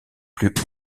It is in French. plus